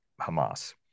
Hamas